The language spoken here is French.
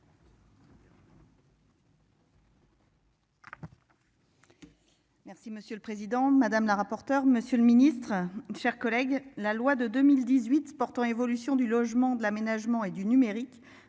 Merci monsieur le président, madame la rapporteure. Monsieur le Ministre, chers collègues, la loi de 2018 portant évolution du logement, de l'Aménagement et du numérique